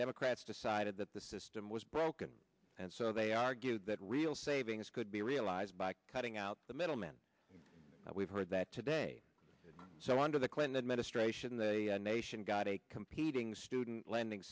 democrats decided that the system was broken so they argued that real savings could be realized by cutting out the middleman we've heard that today so under the clinton administration the nation got a competing student lending